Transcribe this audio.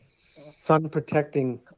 sun-protecting